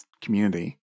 community